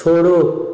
छोड़ो